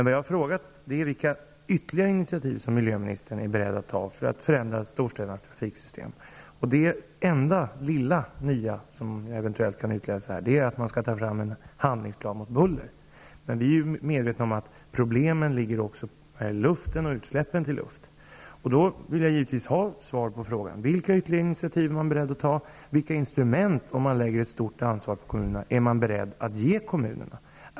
Vad jag frågat om är vilka ytterligare initiativ som miljöministern är beredd att ta för att förändra storstädernas trafiksystem. Den enda lilla nyhet som eventuellt kan utläsas av svaret är att en handlingsplan mot buller skall tas fram. Men problemen finns också i luften och i utsläppen till luften. Mot den bakgrunden vill jag givetvis ha svar på följande fråga: Vilka ytterligare initiativ är man beredd att ta, och vilka instrument -- om nu ett stort ansvar läggs på kommunerna -- är man beredd att ge kommunerna?